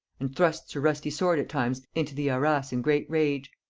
and thrusts her rusty sword at times into the arras in great rage.